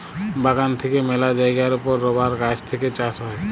বাগান থেক্যে মেলা জায়গার ওপর রাবার গাছ থেক্যে চাষ হ্যয়